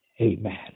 Amen